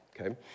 okay